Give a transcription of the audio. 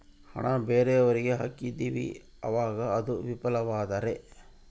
ಹಣ ಬೇರೆಯವರಿಗೆ ಹಾಕಿದಿವಿ ಅವಾಗ ಅದು ವಿಫಲವಾದರೆ?